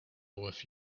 with